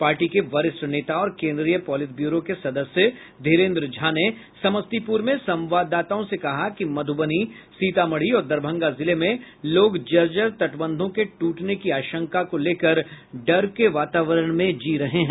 party के वरिष्ठ नेता और केन्द्रीय पोलित ब्यूरो के सदस्य धीरेन्द्र झा ने समस्तीपुर में संवाददाताओं से कहा कि मधुबनी सीतामढ़ी और दरभंगा जिले में लोग जर्जर तटबंधों के टूटने की आशंका को लेकर डर के वातावरण में जी रहे हैं